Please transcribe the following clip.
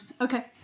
Okay